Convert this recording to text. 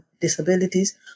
disabilities